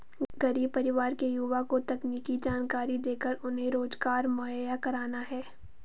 गरीब परिवार के युवा को तकनीकी जानकरी देकर उन्हें रोजगार मुहैया कराना है